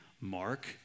Mark